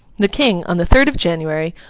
the king, on the third of january,